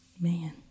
Man